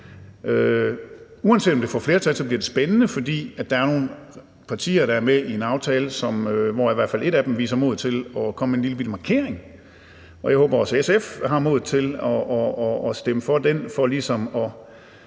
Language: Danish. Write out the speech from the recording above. Uanset om det får flertal, bliver det spændende, fordi der er nogle partier, der er med i en aftale, hvor i hvert fald ét af dem viser mod til at komme med en lillebitte markering. Og jeg håber også, at SF har mod til at stemme for det for ligesom at